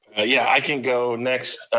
yeah, i can go next.